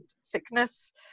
sickness